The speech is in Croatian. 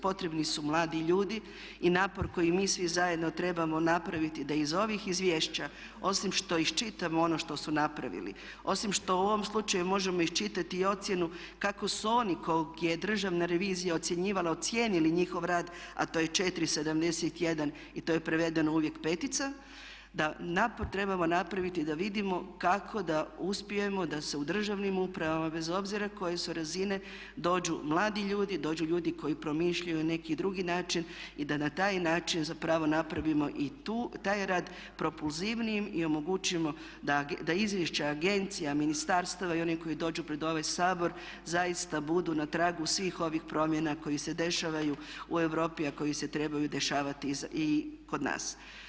Potrebni su mladi ljudi i napor koji mi svi zajedno trebamo napraviti da iz ovih izvješća osim što ih čitamo, ono što su napravili, osim što u ovom slučaju možemo iščitati i ocjenu kako su oni … je državna revizija ocjenjivala ocijenili njihov rad a to je 4,71 i to je prevedeno uvijek 5-ica da napor trebamo napraviti kako da uspijemo da se u državnim upravama bez koje su razine dođu mladi ljudi, dođu ljudi koji promišljaju neki drugi način i da na taj način zapravo napravimo i taj rad, propulzivnijim i omogućimo da izvješća agencija, ministarstava i onih koji dođu pred ovaj Sabor zaista budu na tragu svih ovih promjena koje se dešavaju u Europi a koji se trebaju dešavati i kod nas.